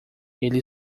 ele